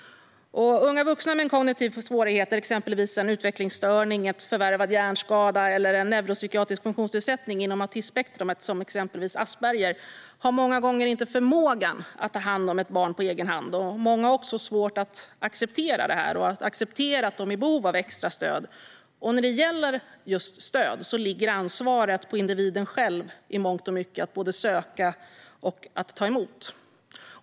Unga vuxna med kognitiva svårigheter, exempelvis en utvecklingsstörning, en förvärvad hjärnskada eller en neuropsykiatrisk funktionsnedsättning inom autismspektrumet, till exempel Asperger, har många gånger inte förmågan att ta hand om ett barn på egen hand. Många har också svårt att acceptera det här och acceptera att de är i behov av extra stöd, men ansvaret för att söka och ta emot stöd ligger i mångt och mycket på individen själv.